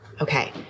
Okay